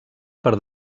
per